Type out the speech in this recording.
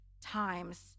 times